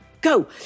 go